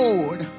Lord